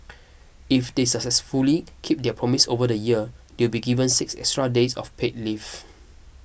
if they successfully keep their promise over the year they'll be given six extra days of paid leave